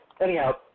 anyhow